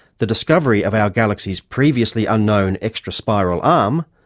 the discovery of our galaxy's previously unknown extra spiral arm,